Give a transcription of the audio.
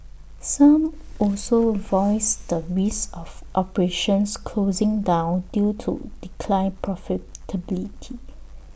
some also voiced the risk of operations closing down due to declined profitability